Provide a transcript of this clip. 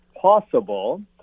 possible